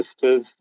sisters